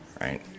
right